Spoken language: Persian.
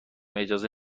اجازه